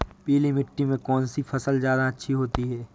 पीली मिट्टी में कौन सी फसल ज्यादा अच्छी होती है?